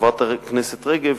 לחברת הכנסת רגב,